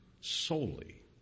solely